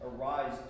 arise